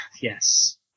Yes